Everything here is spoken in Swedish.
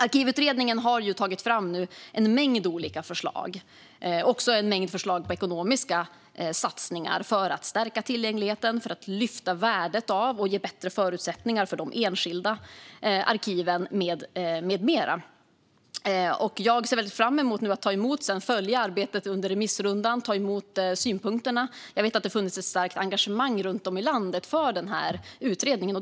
Arkivutredningen har nu tagit fram en mängd olika förslag. Det gäller även ekonomiska satsningar för att stärka tillgängligheten, lyfta fram värdet av och ge bättre förutsättningar för de enskilda arkiven med mera. Jag ser fram emot att följa arbetet under remissrundan och att ta emot synpunkterna. Det har funnits ett starkt engagemang för utredningen runt om i landet.